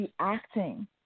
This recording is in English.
reacting